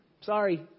Sorry